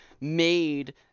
made